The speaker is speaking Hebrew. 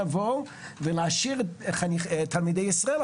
אנשים: אני מוכן לבוא ולהעשיר את תלמידי ישראל,